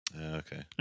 Okay